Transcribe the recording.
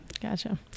Gotcha